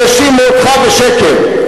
והאשימו אותך בשקר.